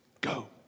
Go